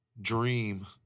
dream